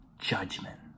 judgment